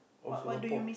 old Singapore